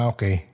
Okay